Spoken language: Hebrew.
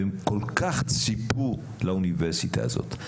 והם כל כך ציפו לאוניברסיטה הזאת,